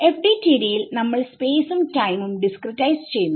FDTD യിൽ നമ്മൾ സ്പേസും ടൈമും ഡിസ്ക്രിടൈസ് ചെയ്യുന്നു